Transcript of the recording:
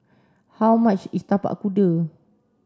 how much is Tapak Kuda